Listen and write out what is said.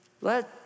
let